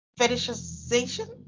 fetishization